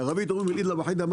בערבית אומרים: אל-איד אל-ואחדה מא